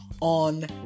on